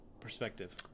perspective